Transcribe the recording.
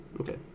okay